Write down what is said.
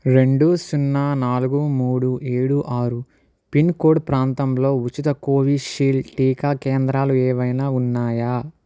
రెండు సున్నా నాలుగు మూడు ఏడు ఆరు పిన్కోడ్ ప్రాంతంలో ఉచిత కోవిషీల్డ్ టీకా కేంద్రాలు ఏవైనా ఉన్నాయా